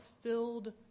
filled